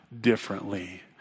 differently